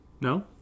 No